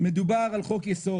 מדובר על חוק-יסוד,